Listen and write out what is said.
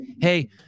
Hey